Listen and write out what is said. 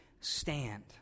stand